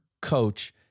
coach